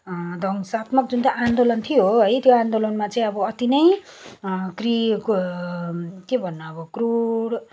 ध्वंसात्मक जुन चाहिँ आन्दोलन थियो है त्यो आन्दोलनमा चाहिँ अब अति नै क्रिए के भन्नु अब क्रुर